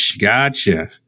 Gotcha